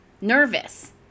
nervous